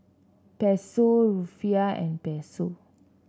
Peso Rufiyaa and Peso